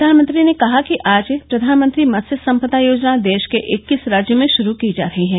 प्रधानमंत्री ने कहा कि आज प्रधानमंत्री मत्स्य संपदा योजना देश के इक्कीस राज्यों में शुरू की जा रही है